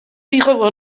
rigel